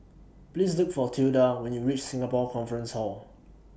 Please Look For Tilda when YOU REACH Singapore Conference Hall